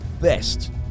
best